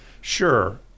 Sure